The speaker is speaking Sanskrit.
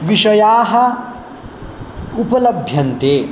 विषयाः उपलभ्यन्ते